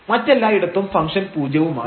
മറ്റെല്ലായിടത്തും function പൂജ്യവുമാണ്